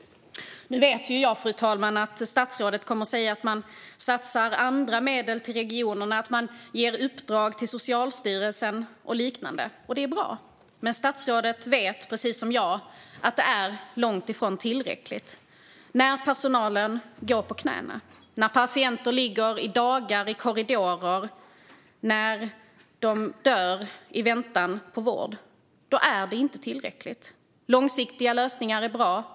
Fru talman! Nu vet jag att statsrådet kommer att säga att man satsar andra medel till regionerna. Man ger uppdrag till Socialstyrelsen och liknande, och det är bra. Men statsrådet vet precis som jag att det är långt ifrån tillräckligt. När personalen går på knäna, när patienter ligger i dagar i korridoren och när människor dör i väntan på vård är det inte tillräckligt. Långsiktiga lösningar är bra.